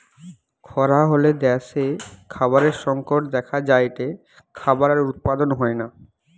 খরা হলে দ্যাশে খাবারের সংকট দেখা যায়টে, খাবার আর উৎপাদন হয়না